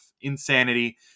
Insanity